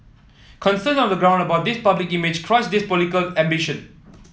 concerns on the ground about this public image crushed his political ambition